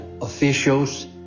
officials